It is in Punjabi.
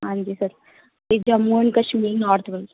ਹਾਂਜੀ ਸਰ ਅਤੇ ਜੰਮੂ ਐਂਡ ਕਸ਼ਮੀਰ ਨੋਰਥ ਵੱਲ